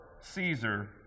Caesar